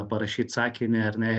parašyt sakinį ar ne